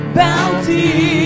bounty